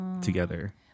together